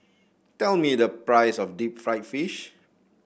tell me the price of Deep Fried Fish